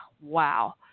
Wow